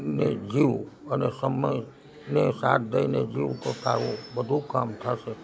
ને જીવ અને સમયને સાથ દઈને જીવ તો તારું બધું કામ થશે